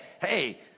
hey